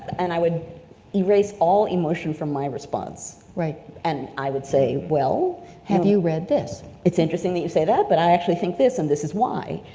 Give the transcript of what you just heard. and i would erase all emotion from my response, and i would say well have you read this? it's interesting that you say that, but i actually think this and this is why.